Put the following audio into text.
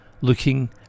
looking